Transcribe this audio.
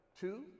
Two